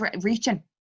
reaching